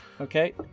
okay